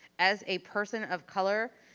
as a person of color,